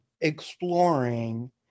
exploring